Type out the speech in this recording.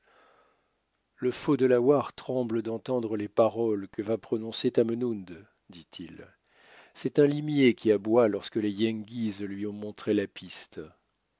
le faux delaware tremble d'entendre les paroles que va prononcer tamenund dit-il c'est un limier qui aboie lorsque les yengeese lui ont montré la piste